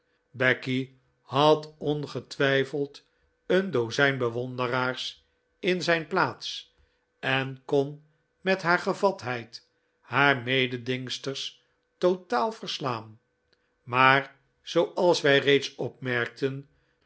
becky had ongetwijfeld een dozijn bewonderaars in zijn plaats en kon met haar gevatheid haar mededingster totaal verslaan maar zooals wij reeds opmerkten